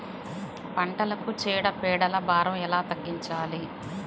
పంటలకు చీడ పీడల భారం ఎలా తగ్గించాలి?